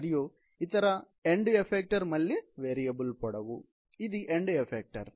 మరియు ఇతర end effector మళ్ళీ వేరియబుల్ పొడవు ఇది ఎండ్ ఎఫెక్టర్